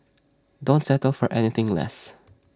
don't settle for anything less